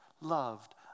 loved